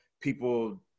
people